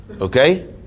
Okay